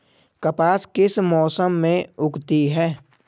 कपास किस मौसम में उगती है?